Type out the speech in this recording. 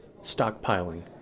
stockpiling